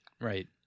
Right